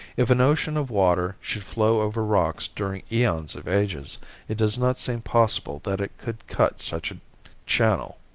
if an ocean of water should flow over rocks during eons of ages it does not seem possible that it could cut such a channel.